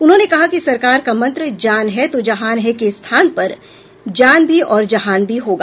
उन्होंने कहा कि सरकार का मंत्र जान है तो जहान है के स्थान पर जान भी और जहान भी होगा